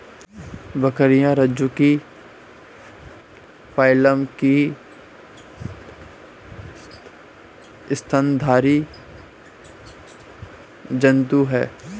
बकरियाँ रज्जुकी फाइलम की स्तनधारी जन्तु है